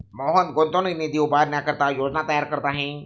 मोहन गुंतवणूक निधी उभारण्याकरिता योजना तयार करत आहे